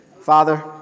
Father